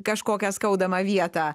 kažkokią skaudamą vietą